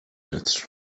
متر